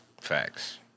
Facts